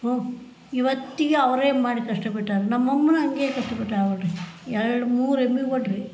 ಹ್ಞೂ ಇವತ್ತಿಗು ಅವರೆ ಮಾಡಿ ಕಷ್ಟಪಟ್ಟಾರ್ ನಮ್ಮ ಅಮ್ಮನು ಹಂಗೇ ಕಷ್ಟಪಟ್ಯಾಳೆ ನೋಡಿರಿ ಎರಡು ಮೂರು ಎಮ್ಮೆ ಒಡ್ಡುರಿ